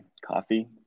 coffee